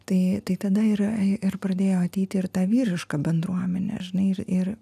tai tai tada ir ir pradėjo ateiti ir ta vyriška bendruomenė žinai ir ir